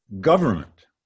government